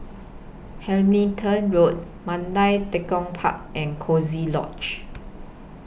Hamilton Road Mandai Tekong Park and Coziee Lodge